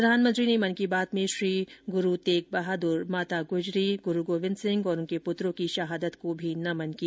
प्रधानमंत्री ने मन की बात में श्री गुरू तेग बहादुर माता गुजरी गुरू गोविन्द सिंह और उनके पुत्रों की शहादत को भी नमन किया